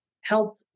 help